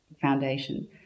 foundation